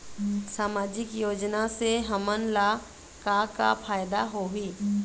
सामाजिक योजना से हमन ला का का फायदा होही?